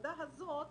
העבודה הזאת